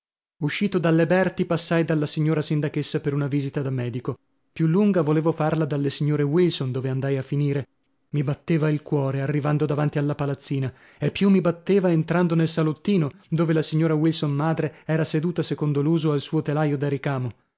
uscito dalle berti passai dalla signora sindachessa per una visita da medico più lunga volevo farla dalle signore wilson dove andai a finire mi batteva il cuore arrivando davanti alla palazzina e più mi batteva entrando nel salottino dove la signora wilson madre era seduta secondo l'uso al suo telaio da ricamo